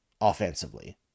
offensively